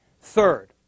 Third